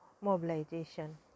mobilization